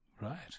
Right